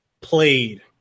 played